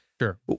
Sure